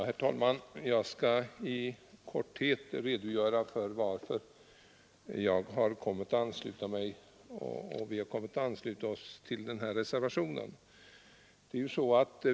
Herr talman! Jag skall i korthet redogöra för varför vi har kommit att ansluta oss till den här reservationen.